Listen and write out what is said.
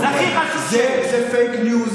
חבר הכנסת אלמוג